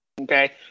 okay